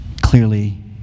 clearly